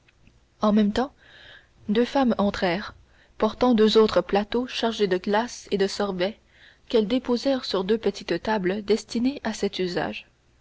en même temps deux femmes entrèrent portant deux autres plateaux chargés de glaces et de sorbets qu'elles déposèrent sur deux petites tables destinées à cet usage